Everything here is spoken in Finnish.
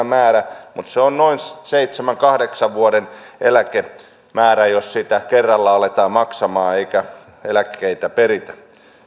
määrä mutta se on noin seitsemän viiva kahdeksan vuoden eläkemäärä jos sitä kerralla aletaan maksamaan eikä eläkkeitä peritä